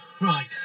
right